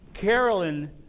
Carolyn